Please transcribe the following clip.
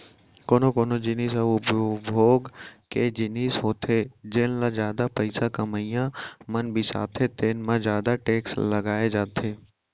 कोनो कोनो जिनिस ह उपभोग के जिनिस होथे जेन ल जादा पइसा कमइया मन बिसाथे तेन म जादा टेक्स लगाए जाथे